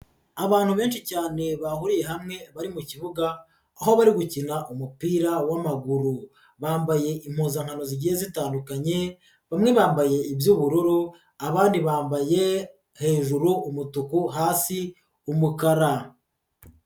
Abantu benshi cyane bahuriye hamwe bari mukibuga aho bari gukina umupira wamaguru, bambaye impozankano zigiye zitandukanye, bamwe bambaye iby'ubururu, abandi bambaye hejuru umutuku, hasi umukara.